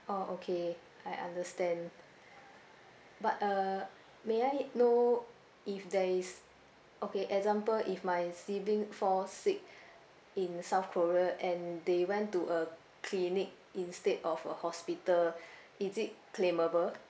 oh okay I understand but uh may I know if there is okay example if my sibling fall sick in south korea and they went to a clinic instead of a hospital is it claimable